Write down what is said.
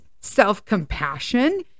self-compassion